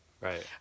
Right